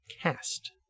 cast